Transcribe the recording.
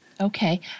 Okay